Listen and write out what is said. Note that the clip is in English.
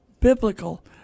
biblical